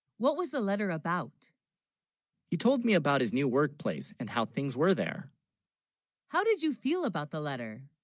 what, was the letter about he told me about his new, workplace and how things were there how, did you feel, about the letter